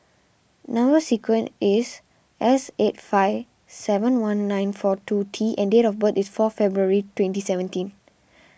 Number Sequence is S eight five seven one nine four two T and date of birth is four February twenty seventeen